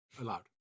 Allowed